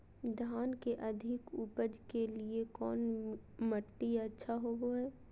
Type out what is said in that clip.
धान के अधिक उपज के लिऐ कौन मट्टी अच्छा होबो है?